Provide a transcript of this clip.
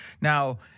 Now